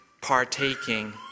partaking